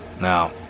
Now